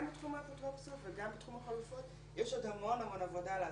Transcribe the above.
גם בתחום האפוטרופסות וגם בתחום החלופות יש עוד המון המון עבודה לעשות,